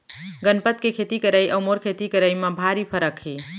गनपत के खेती करई अउ मोर खेती करई म भारी फरक हे